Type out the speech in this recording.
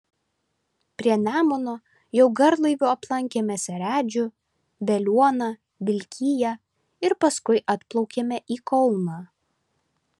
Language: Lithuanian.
prie nemuno jau garlaiviu aplankėme seredžių veliuoną vilkiją ir paskui atplaukėme į kauną